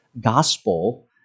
gospel